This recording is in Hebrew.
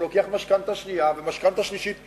והוא לוקח משכנתה שנייה ומשכנתה שלישית.